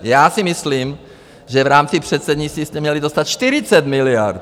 Já si myslím, že v rámci předsednictví jste měli dostat 40 miliard.